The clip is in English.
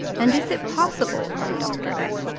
and is it possible, cried dr. x,